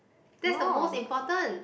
that the most important